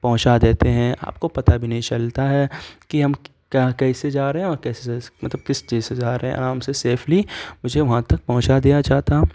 پہنچا دیتے ہیں آپ کو پتہ بھی نہیں چلتا ہے کہ ہم کیا کیسے جا رہے ہیں اور مطلب کس چیز سے جا رہے ہیں آرام سے سیفلی مجھے وہاں تک پہنچا دیا جاتا